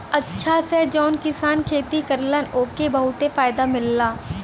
अचछा से जौन किसान खेती करलन ओके बहुते फायदा मिलला